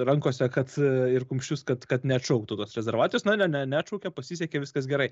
rankose kad ir kumščius kad kad neatšauktų tos rezervacijos na ne ne neatšaukė pasisekė viskas gerai